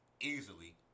easily